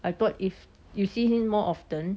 I thought if you see him more often